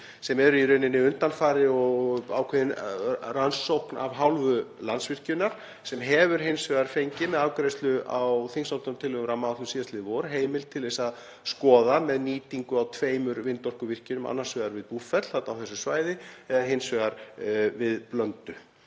sem eru í rauninni undanfari og ákveðin rannsókn af hálfu Landsvirkjunar sem hefur hins vegar fengið, með afgreiðslu á þingsályktunartillögu um rammaáætlun síðastliðið vor, heimild til að skoða nýtingu á tveimur vindorkuvirkjunum, annars vegar við Búrfell, þarna á þessu svæði, og hins vegar við Blöndu;